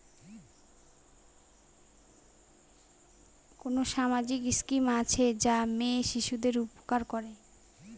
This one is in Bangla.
কোন সামাজিক স্কিম আছে যা মেয়ে শিশুদের উপকার করে?